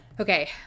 okay